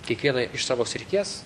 kiekvieną iš savo srities